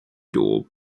duel